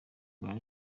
rwa